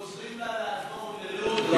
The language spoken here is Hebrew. אנחנו עוזרים לה לעבור ללוד,